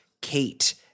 Kate